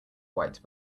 white